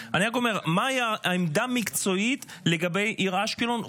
מי בעד הצעת חוק שמירת הניקיון (תיקון מס' 25 והוראת שעה),